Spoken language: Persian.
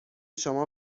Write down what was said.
شما